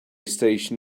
station